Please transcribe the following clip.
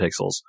Pixels